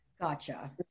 Gotcha